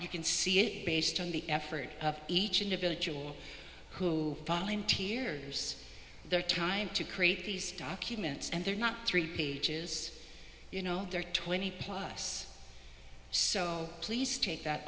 you can see it based on the effort of each individual who volunteers their time to create these documents and they're not three pages you know they're twenty plus so please take that